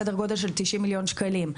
סדר גודל של 90 מיליון שקלים.